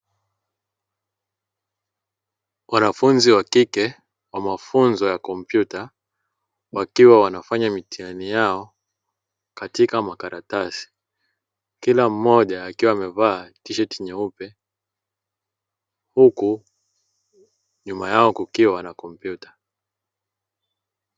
Wanafunzi wa kike, wa mafunzo ya kompyuta wakiwa wanafanya mitihani yao katika makaratasi. Kila mmoja akiwa amevaa tisheti nyeupe huku nyuma yao kukiwa na kompyuta.